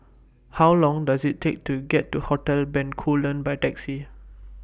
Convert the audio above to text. How Long Does IT Take to get to Hotel Bencoolen By Taxi